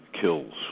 kills